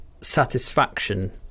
satisfaction